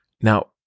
Now